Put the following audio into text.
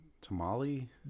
Tamale